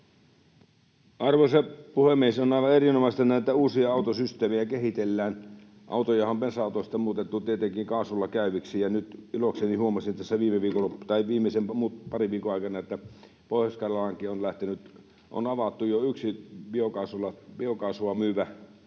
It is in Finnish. Arvoisa puhemies! On aivan erinomaista, että näitä uusia autosysteemejä kehitellään. Autojahan on bensa-autoista muutettu tietenkin kaasulla käyviksi, ja nyt ilokseni huomasin tässä viime viikolla tai viimeisen parin viikon aikana, että Pohjois-Karjalaankin on avattu jo yksi biokaasua myyvä